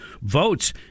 votes